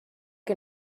que